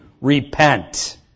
Repent